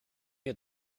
wir